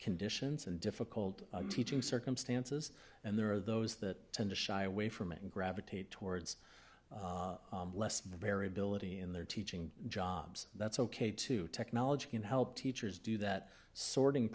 conditions and difficult teaching circumstances and there are those that tend to shy away from it and gravitate towards less variability in their teaching jobs that's ok too technology can help teachers do that sorting